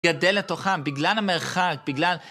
גדל לתוכם, בגלל המרחק, בגלל...